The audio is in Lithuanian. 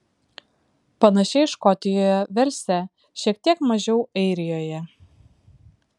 panašiai škotijoje velse šiek tiek mažiau airijoje